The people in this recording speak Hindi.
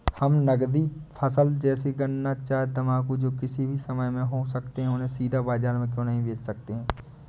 हम नगदी फसल जैसे गन्ना चाय तंबाकू जो किसी भी समय में हो सकते हैं उन्हें सीधा बाजार में क्यो नहीं बेच सकते हैं?